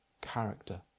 character